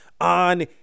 on